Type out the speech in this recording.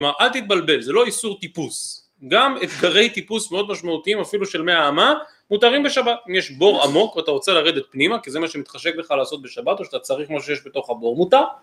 כלומר אל תתבלבל זה לא איסור טיפוס, גם אתגרי טיפוס מאוד משמעותיים אפילו של מאה אמה מותרים בשבת אם יש בור עמוק ואתה רוצה לרדת פנימה כי זה מה שמתחשק לך לעשות בשבת או שאתה צריך משהו שיש בתוך הבור מותר